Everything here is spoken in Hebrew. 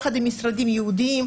יחד עם משרדים ייעודיים,